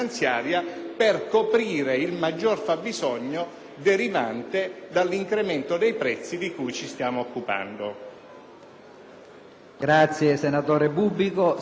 derivante dall'incremento dei prezzi di cui ci stiamo occupando.